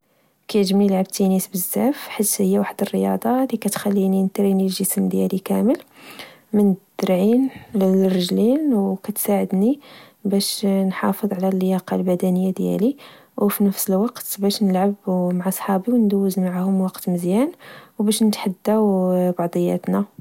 كعجبني لعب التينيس بزاف، حيت هي واحد الرياضة لكتخليني نتريني الجسم ديالي كامل، من الذراعين للرجلين، وكتساعدني باش نحافظ على اللياقة البدنية ديالي، وفنفس الوقت باش نلعب مع صحابي، وندوز معاهم وقت مزيان وباش نتحداو بعضياتنا.